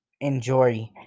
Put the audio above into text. enjoy